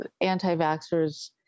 anti-vaxxers